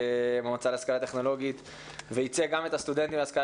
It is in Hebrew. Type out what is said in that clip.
המועצה להשכלה טכנולוגית וייצג גם את הסטודנטים להשכלה